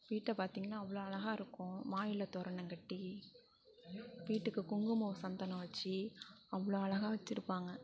வீட்டை பார்த்திங்கன்னா அவ்வளோ அழகாக இருக்கும் மாயிலை தோரணம் கட்டி வீட்டுக்கு குங்குமம் சந்தனம் வச்சு அவ்வளோ அழகாக வச்சுருப்பாங்க